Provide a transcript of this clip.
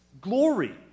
Glory